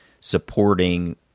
supporting